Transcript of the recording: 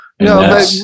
no